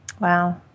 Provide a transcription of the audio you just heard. Wow